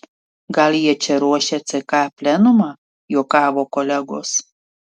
gal jie čia ruošia ck plenumą juokavo kolegos